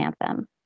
anthem